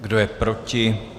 Kdo je proti?